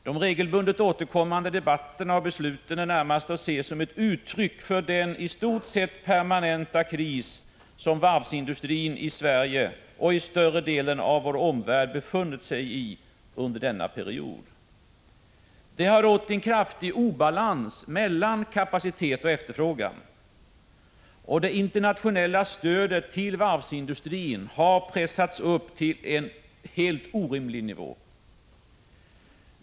De regelbundet återkommande debatterna och besluten är närmast att se som ett uttryck för den i stort sett permanenta kris som varvsindustrin i Sverige och i större delen av vår omvärld befunnit sig i under denna period. Det har rått en kraftig obalans mellan kapacitet och efterfrågan. Det internationella stödet till varvsindustrin har pressats upp till en helt orimlig nivå.